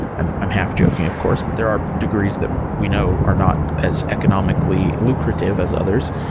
i'm i'm half joking, of course. but there are degrees that we know are not as economically lucrative as others.